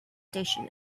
station